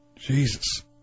Jesus